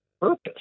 purpose